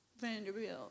Vanderbilt